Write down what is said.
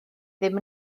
ddim